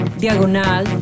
diagonal